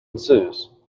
ensues